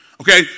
Okay